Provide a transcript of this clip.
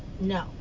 No